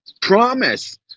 promise